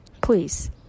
Please